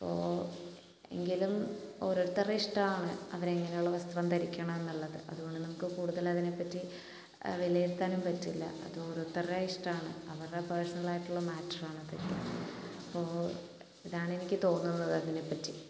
അപ്പോൾ എങ്കിലും ഓരോരുത്തരുടെ ഇഷ്ടമാണ് അവർ എങ്ങനെയുള്ള വസ്ത്രം ധരിക്കണം എന്നുള്ളത് അതുകൊണ്ട് നമുക്ക് കൂടുതൽ അതിനെപ്പറ്റി വിലയിരുത്താനും പറ്റില്ല അത് ഓരോരുത്തരുടെ ഇഷ്ടമാണ് അവരുടെ പേഴ്സണലായിട്ടുള്ള മാറ്റർ ആണ് അതൊക്കെ അപ്പോൾ ഇതാണ് എനിക്ക് തോന്നുന്നത് അതിനെപ്പറ്റി